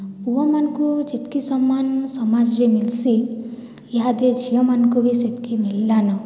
ପୁଅମାନ୍କୁ ଯେତ୍କି ସମ୍ମାନ ସମାଜ୍ରେ ମିଲ୍ସି ଇହାଦେ ଝିଅମାନ୍କୁବି ସେତ୍କି ମିଲ୍ଲାନ